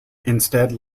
instead